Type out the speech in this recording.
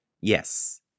Yes